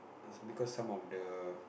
err because some of the